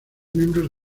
miembros